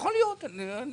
יכול להיות נראה,